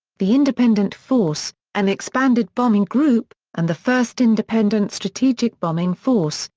the independent force, an expanded bombing group, and the first independent strategic bombing force,